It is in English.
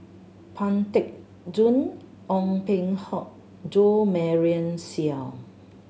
Pang Teck Joon Ong Peng Hock Jo Marion Seow